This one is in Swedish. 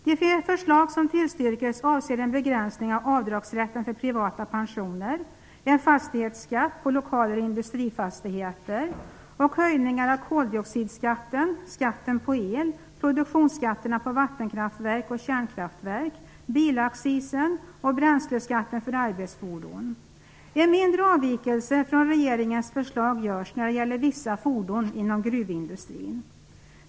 De förslag som tillstyrks avser en begränsning av avdragsrätten för privata pensioner, en fastighetsskatt på lokaler och industrifastigheter och höjningar av koldioxidskatten, skatten på el, produktionsskatterna på vattenkraftverk och kärnkraftverk, bilaccisen och bränsleskatten för arbetsfordon. En mindre avvikelse från regeringens förslag görs när det gäller vissa fordon inom gruvindustrin.